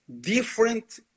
different